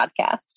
podcast